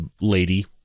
lady